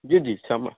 जी जी सम